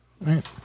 right